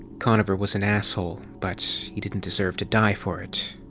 conover was an asshole, but he didn't deserve to die for it.